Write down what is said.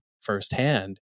firsthand